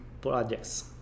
projects